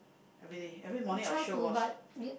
every day every morning I sure wash